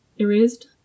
erased